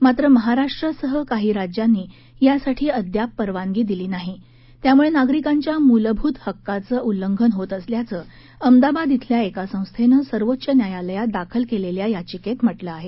मात्र महाराष्ट्रासह काही राज्यांनी यासाठी अद्याप परवानगी दिली नाही यामुळे नागरिकांच्या मूलभूत हक्काचं उल्लंघन होत असल्याचं अहमदाबाद शिल्या एका संस्थेनं सर्वोच्च न्यायालयात दाखल केलेल्या याचिकेत म्हटलं आहे